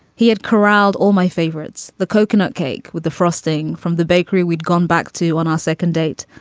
he had corralled all my favorites. the coconut cake with the frosting from the bakery we'd gone back to on our second date.